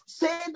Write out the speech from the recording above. say